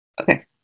Okay